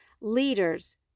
Leaders